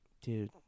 Dude